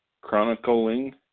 chronicling